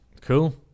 Cool